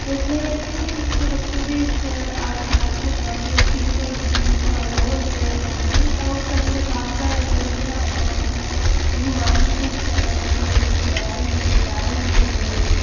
इसलेई असेंगी निक्के बच्चे दे आगे दोआगे जेह्की होंदी जित्थें ओह् रौंह्दे सौन्दे तां उसदा पूरा साफ सफाई दा पूरा ध्यान रक्खना पौंदा उ'नेंगी मालश मुलश करना पौंदी रोजै दी त्रै हांडियै जां चार हांडियै करी सकदे तुस